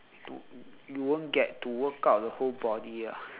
to you won't get to workout the whole body ah